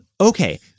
okay